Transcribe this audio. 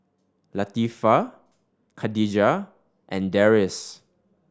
Latifa Khadija and Deris